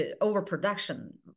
overproduction